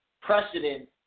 precedent